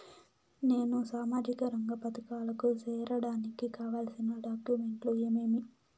నేను సామాజిక రంగ పథకాలకు సేరడానికి కావాల్సిన డాక్యుమెంట్లు ఏమేమీ?